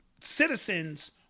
citizens